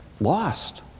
lost